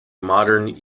modern